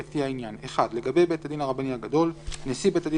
לפי העניין: (1) לגבי בית הדין הרבני הגדול - נשיא בית הדין